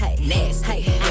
nasty